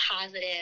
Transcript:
positive